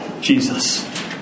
Jesus